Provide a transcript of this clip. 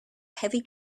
heavy